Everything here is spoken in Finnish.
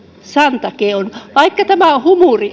santakeon vaikka tämä on